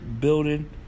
building